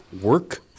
work